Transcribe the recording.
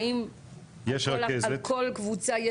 האם על כל קבוצה --- יש רכזת.